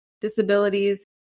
disabilities